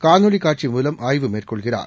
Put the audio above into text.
காணொலிகாட்சி மூலம் ஆய்வு மேற்கொள்கிறார்